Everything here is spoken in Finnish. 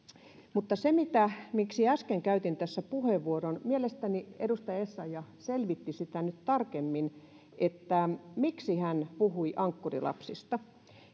mutta siihen miksi äsken käytin tässä puheenvuoron mielestäni edustaja essayah selvitti nyt tarkemmin miksi hän puhui ankkurilapsista